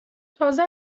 تازه